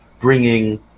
bringing